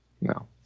No